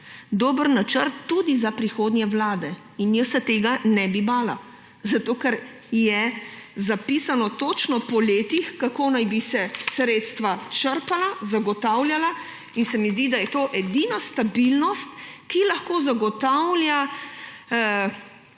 Dober načrt tudi za prihodnje vlade in jaz se tega ne bi bala, zato ker je zapisano točno po letih, kako naj bi se sredstva črpala, zagotavljala. Zdi se mi, da je to edina stabilnost, ki lahko zagotavlja javno